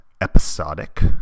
episodic